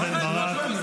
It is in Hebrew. אני אילחם על